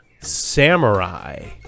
Samurai